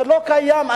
לא קיימים.